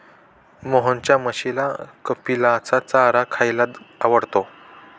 मोहनच्या म्हशीला कपिलाचा चारा खायला आवडतो